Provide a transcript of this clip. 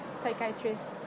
psychiatrists